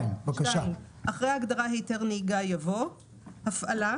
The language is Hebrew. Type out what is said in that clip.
אחרי הגדרה היתר נהיגה, יבוא: הפעלה.